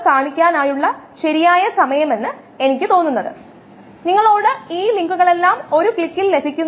ഇപ്പോൾ എല്ലാ വോള്യങ്ങളും തുല്യമായതിനാൽ നമുക്ക് സാന്ദ്രതയിൽ തുല്യത ലഭിക്കുന്നു